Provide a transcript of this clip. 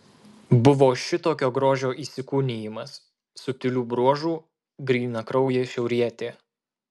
buvo šitokio grožio įsikūnijimas subtilių bruožų grynakraujė šiaurietė